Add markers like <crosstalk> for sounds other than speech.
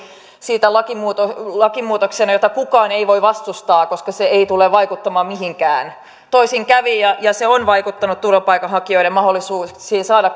siitä lakimuutoksena jota kukaan ei voi vastustaa koska se ei tule vaikuttamaan mihinkään toisin kävi ja ja se on vaikuttanut turvapaikanhakijoiden mahdollisuuksiin saada <unintelligible>